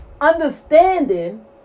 understanding